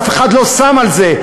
אף אחד לא שם על זה,